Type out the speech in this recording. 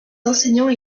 enseignants